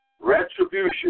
retribution